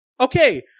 Okay